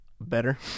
better